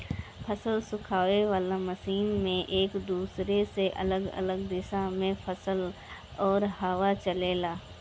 फसल सुखावे वाला मशीन में एक दूसरे से अलग अलग दिशा में फसल और हवा चलेला